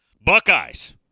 Buckeyes